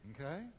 Okay